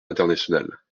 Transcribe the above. international